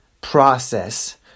process